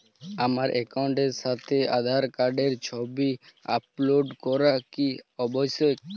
আমার অ্যাকাউন্টের সাথে আধার কার্ডের ছবি আপলোড করা কি আবশ্যিক?